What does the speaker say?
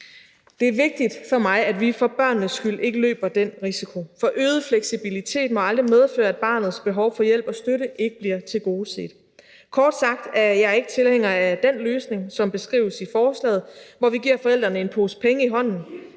Det er vigtigt for mig, at vi for børnenes skyld ikke løber den risiko, for øget fleksibilitet må aldrig medføre, at barnets behov for hjælp og støtte ikke bliver tilgodeset. Kort sagt er jeg ikke tilhænger af den løsning, som beskrives i forslaget, hvor vi giver forældrene en pose penge i hånden,